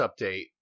update